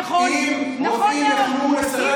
נכון מאוד.